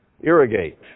irrigate